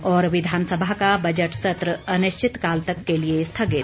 और विधानसभा का बजट सत्र अनिश्चित काल तक के लिए स्थगित